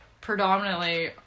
predominantly